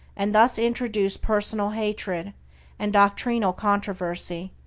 and thus introduce personal hatred and doctrinal controversy,